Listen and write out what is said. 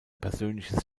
persönliches